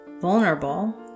vulnerable